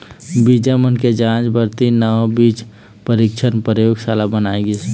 बीजा मन के जांच बर तीन नवा बीज परीक्छन परयोगसाला बनाए गिस हे